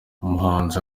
umuhanzi